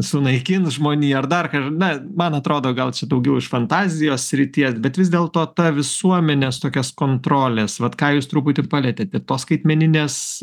sunaikins žmoniją ar dar na man atrodo gal čia daugiau iš fantazijos srities bet vis dėlto ta visuomenės tokios kontrolės vat ką jūs truputį ir palietėte tos skaitmeninės